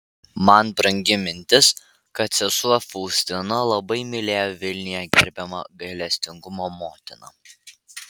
man brangi mintis kad sesuo faustina labai mylėjo vilniuje gerbiamą gailestingumo motiną